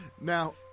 Now